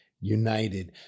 united